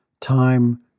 time